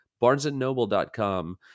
barnesandnoble.com